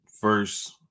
first